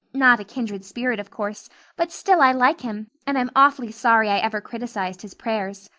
not a kindred spirit, of course but still i like him and i'm awfully sorry i ever criticized his prayers.